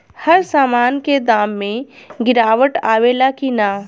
हर सामन के दाम मे गीरावट आवेला कि न?